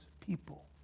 people